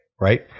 right